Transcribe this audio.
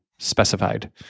specified